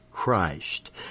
Christ